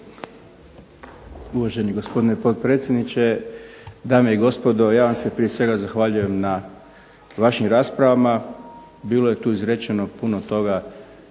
Uvaženi gospodine potpredsjedniče, dame i gospodo. Ja vam se prije svega zahvaljujem vašim raspravama. Bilo je tu izrečeno puno toga